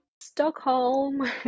Stockholm